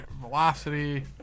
Velocity